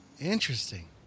Interesting